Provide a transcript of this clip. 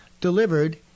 delivered